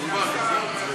את זה.